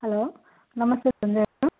hello నమస్తే సంధ్య గారు